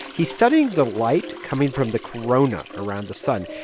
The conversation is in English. he's studying the light coming from the corona around the sun,